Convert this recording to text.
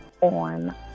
on